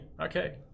Okay